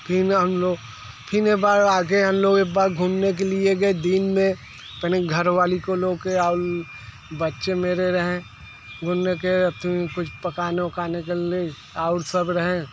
फिर हम लोग फिर एक बार आगे हम लोग एक बार घूमने के लिए गए दिन में अपने घरवाली के लेके और बच्चे मेरे रहे कहे तुम पकालो खाने के लिए और सब रहें